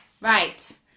Right